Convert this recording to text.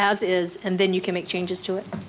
it is and then you can make changes to it